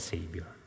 Savior